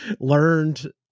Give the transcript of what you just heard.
learned